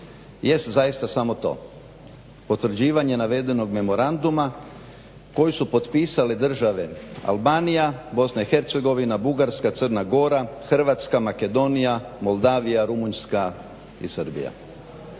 jest zaista samo to, potvrđivanje navedenog memoranduma, koji su potpisali države Albanija, BiH, Bugarska, Crna Gora, Hrvatska, Makedonija, Moldavija, Rumunjska i Srbija.